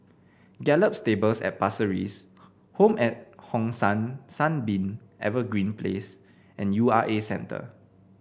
Gallop Stables at Pasir Ris Home at Hong San Sunbeam Evergreen Place and U R A Centre